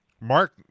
mark